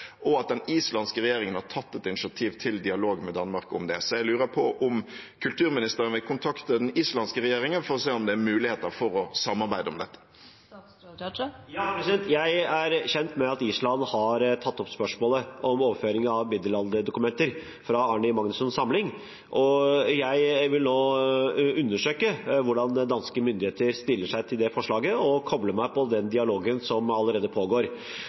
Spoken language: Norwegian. og at den islandske regjeringen har tatt et initiativ til dialog med Danmark om det. Jeg lurer på om kulturministeren vil kontakte den islandske regjeringen for å se om det er muligheter for å samarbeide om dette. Jeg er kjent med at Island har tatt opp spørsmålet om overføring av middelalderdokumenter fra Árni Magnússons samling, og jeg vil nå undersøke hvordan danske myndigheter stiller seg til det forslaget, og koble meg på den dialogen som allerede pågår.